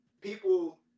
people